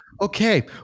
okay